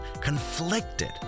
conflicted